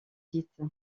dite